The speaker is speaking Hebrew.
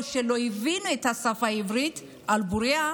בטכנולוגיה או שלא מבינים את השפה העברית על בורייה.